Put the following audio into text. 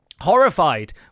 horrified